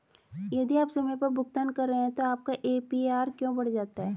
यदि आप समय पर भुगतान कर रहे हैं तो आपका ए.पी.आर क्यों बढ़ जाता है?